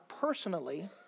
personally